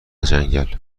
جنگل